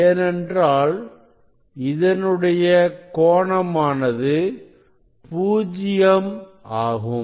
ஏனென்றால் இதனுடைய கோணமானது பூஜ்ஜியம் ஆகும்